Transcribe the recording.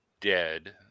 dead